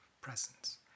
presence